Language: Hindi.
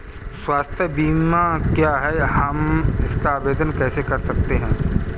स्वास्थ्य बीमा क्या है हम इसका आवेदन कैसे कर सकते हैं?